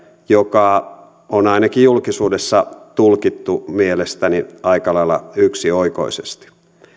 joka on ainakin julkisuudessa tulkittu mielestäni aika lailla yksioikoisesti